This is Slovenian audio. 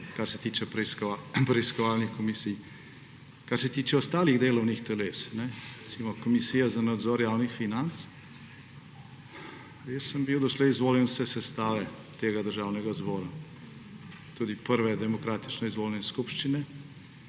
kar se tiče preiskovalnih komisij. Kar se tiče ostalih delovnih teles, recimo Komisije za nadzor javnih financ, jaz sem bil doslej izvoljen v vse sestave tega državnega zbora, tudi prve demokratične izvoljene skupščine.